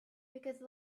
because